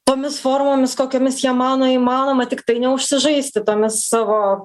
tomis formomis kokiomis jie mano įmanoma tiktai neužsižaisti tomis savo